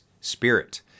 spirit